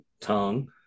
Tongue